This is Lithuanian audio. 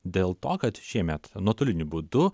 dėl to kad šiemet nuotoliniu būdu